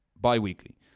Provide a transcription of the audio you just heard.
bi-weekly